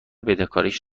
بدهکاریش